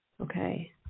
Okay